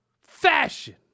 fashion